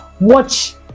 Watch